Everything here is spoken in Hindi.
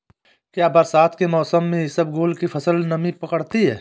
क्या बरसात के मौसम में इसबगोल की फसल नमी पकड़ती है?